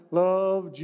love